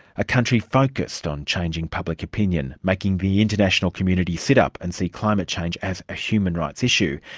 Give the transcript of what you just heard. a country focused on changing public opinion, making the international community sit up and see climate change as a human rights issue,